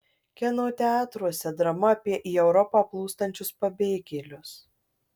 kino teatruose drama apie į europą plūstančius pabėgėlius